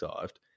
dived